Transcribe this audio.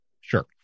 sure